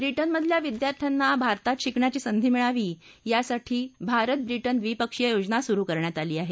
ब्रिटनमधल्या विद्यार्थ्यांना भारतात शिकण्याची संधी मिळावी यासाठी भारत ब्रिटन द्विपक्षीय योजना सुरु करण्यात आली आहे